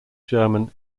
german